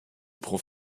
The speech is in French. prend